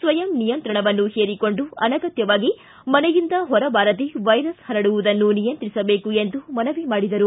ಸ್ವಯಂ ನಿಯಂತ್ರಣವನ್ನು ಹೇರಿಕೊಂಡು ಅನಗತ್ತವಾಗಿ ಮನೆಯಿಂದ ಹೊರಬಾರದೇ ವೈರಸ್ ಪರಡುವುದನ್ನು ನಿಯಂತ್ರಿಸಬೇಕು ಎಂದು ಮನವಿ ಮಾಡಿದರು